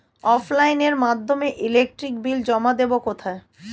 অফলাইনে এর মাধ্যমে ইলেকট্রিক বিল জমা দেবো কোথায়?